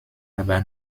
aber